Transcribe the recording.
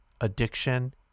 addiction